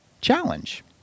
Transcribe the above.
Challenge